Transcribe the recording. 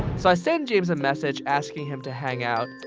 so i send james a message asking him to hang out,